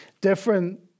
different